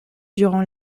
durant